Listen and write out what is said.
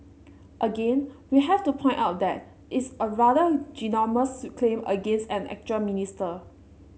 again we have to point out that it's a rather ginormous claim against an actual minister